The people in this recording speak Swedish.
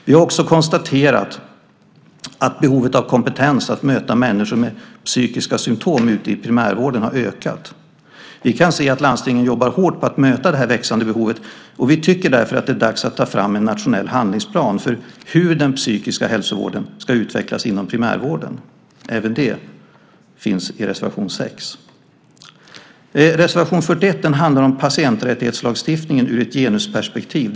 Vi har också konstaterat att behovet av kompetens för att möta människor med psykiska symtom ute i primärvården har ökat. Vi kan se att landstingen jobbar hårt för att möta det här växande behovet. Vi tycker därför att det är dags att ta fram en nationell handlingsplan för hur den psykiska hälsovården ska utvecklas inom primärvården. Även det finns i reservation 6. Reservation 41 handlar om patienträttighetslagstiftningen ur ett genusperspektiv.